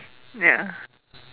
ya